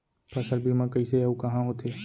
फसल बीमा कइसे अऊ कहाँ होथे?